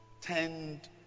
tend